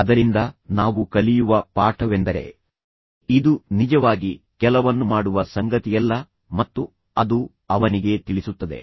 ಅದರಿಂದ ನಾವು ಕಲಿಯುವ ಪಾಠವೆಂದರೆ ಇದು ನಿಜವಾಗಿ ಕೆಲವನ್ನು ಮಾಡುವ ಸಂಗತಿಯಲ್ಲ ಮತ್ತು ಅದು ಅವನಿಗೆ ತಿಳಿಸುತ್ತದೆ